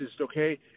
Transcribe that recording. okay